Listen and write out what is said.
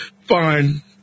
Fine